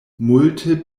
multe